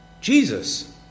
Jesus